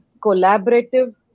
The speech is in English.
collaborative